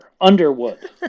Underwood